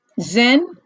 Zen